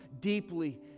deeply